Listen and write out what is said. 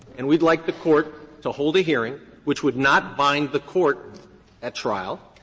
and we'd like the court to hold a hearing which would not bind the court at trial.